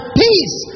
peace